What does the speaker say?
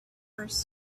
first